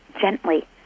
gently